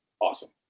awesome